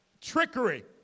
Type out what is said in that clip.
trickery